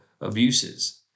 abuses